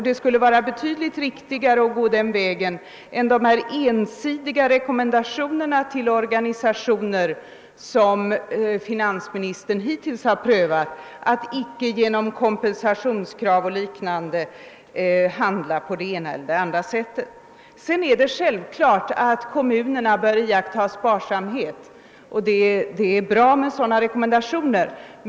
Det skulle vara riktigare att gå den vägen än att göra ensidiga rekommendationer till organisationer — som finansministern hittills gjort — att icke framställa kompensationskrav. Naturligtvis är det självklart att kommunerna bör iaktta sparsamhet och att det är bra med rekommendationer i det avseendet.